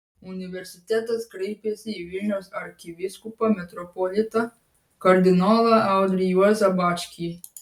universitetas kreipėsi į vilniaus arkivyskupą metropolitą kardinolą audrį juozą bačkį